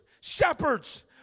shepherds